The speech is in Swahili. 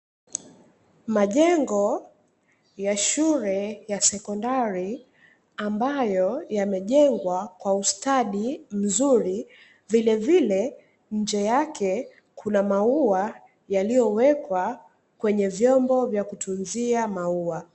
Majengo ya shule ya sekondari ambayo yamejengwa kwa ustadi mzuri vilevile nje yake kuna maua yaliyowekwa kwenye vyombo vya kutunzia.